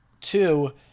Two